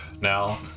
now